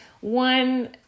One